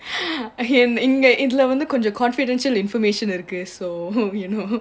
okay இங்கஇதுலகொஞ்சம்: inga idhula koncham confidential information இருக்கு: irukku so you know